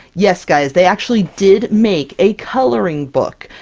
yes, guys! they actually did make a coloring book!